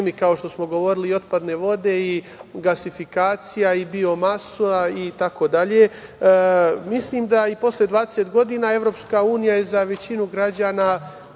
kao što smo govorili, i otpadne vode i gasifikacija i biomasa itd. mislim da i posle 20 godina EU je za većinu građana